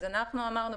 אז אנחנו אמרנו,